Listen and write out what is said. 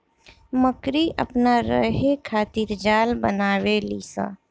मकड़ी अपना रहे खातिर जाल बनावे ली स